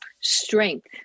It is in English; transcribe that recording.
strength